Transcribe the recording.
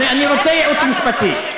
אני רוצה ייעוץ משפטי.